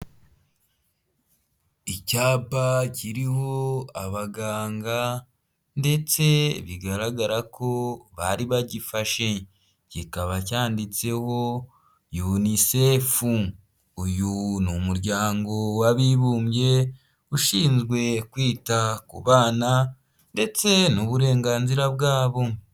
Icyapa kiriho abaganga ndetse bigaragara ko bari bagifashe, kikaba cyanditseho UNICEF uyu n’umuryango w'abibumbye ushinzwe kwita ku bana ndetse n’uburenganzira bwabo.